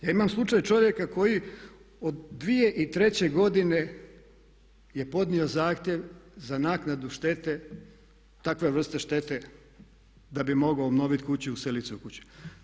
Ja imam slučaj čovjeka koji od 2003. godine je podnio zahtjev za naknadu štete, takve vrste štete da bi mogao obnovit kuću, uselit se u kuću.